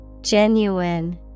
Genuine